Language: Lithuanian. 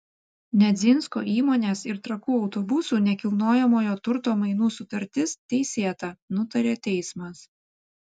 nedzinsko įmonės ir trakų autobusų nekilnojamojo turto mainų sutartis teisėta nutarė teismas